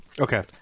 okay